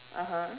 (uh huh)